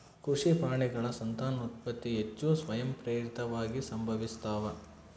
ಕೃಷಿ ಪ್ರಾಣಿಗಳ ಸಂತಾನೋತ್ಪತ್ತಿ ಹೆಚ್ಚು ಸ್ವಯಂಪ್ರೇರಿತವಾಗಿ ಸಂಭವಿಸ್ತಾವ